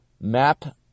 map